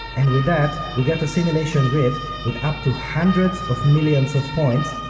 and with that, we get a simulation grid with up to hundreds of millions of points,